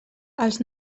els